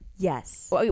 Yes